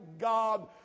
God